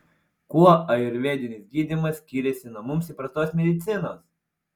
kuo ajurvedinis gydymas skiriasi nuo mums įprastos medicinos